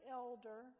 elder